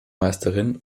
meisterin